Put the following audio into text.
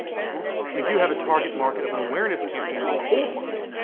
we do have a target market of but awareness campaign of a cold market.